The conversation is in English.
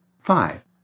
Five